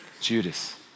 Judas